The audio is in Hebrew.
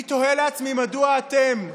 אני תוהה לעצמי: מדוע אתם,